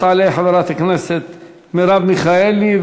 תעלה חברת הכנסת מרב מיכאלי,